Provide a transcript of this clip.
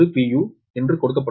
u என்று கொடுக்கப்பட்டுள்ளது